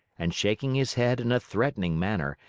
and shaking his head in a threatening manner,